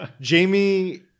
Jamie